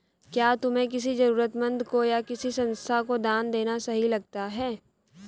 क्या तुम्हें किसी जरूरतमंद को या किसी संस्था को दान देना सही लगता है?